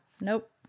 Nope